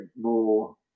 more